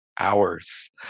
hours